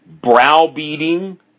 browbeating